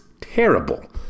terrible